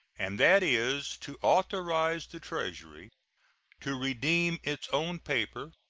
and that is to authorize the treasury to redeem its own paper,